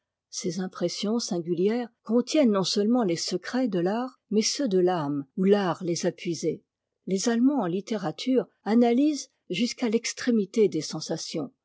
ces impressions singulières contiennent non-seulement les secrets de fart mais ceux de t'âme où fart les a puisés les allemands en littérature analysent jusqu'à t'extrémité des sensations